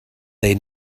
they